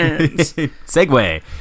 segue